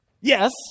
Yes